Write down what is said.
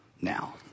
now